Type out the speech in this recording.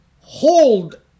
hold